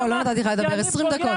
לא, לא נתתי לך לדבר...20 דקות.